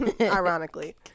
Ironically